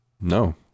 No